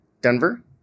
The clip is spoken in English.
Denver